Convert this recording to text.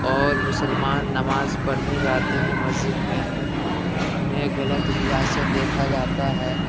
اور مسلمان نماز پڑھنے جاتے ہیں مسجد میں انہیں غلط نگاہ سے دیکھا جاتا ہے